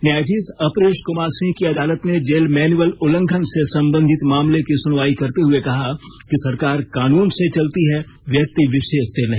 न्यायाधीश अपरेश कुमार सिंह की अदालत ने जेल मैनुअल उल्लंघन से संबंधित मामले की सुनवाई करते हुए कहा कि सरकार कानून से चलती है व्यक्ति विशेष से नहीं